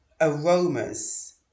aromas